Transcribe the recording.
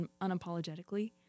unapologetically